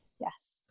Yes